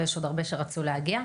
ויש עוד הרבה שרצו להגיע.